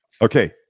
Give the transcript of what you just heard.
okay